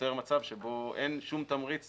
ויוצר מצב שבו אין שום תמריץ